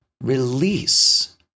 release